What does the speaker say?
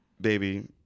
baby